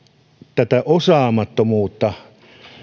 tätä osaamattomuutta